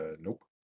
Nope